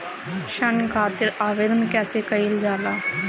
ऋण खातिर आवेदन कैसे कयील जाला?